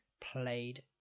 played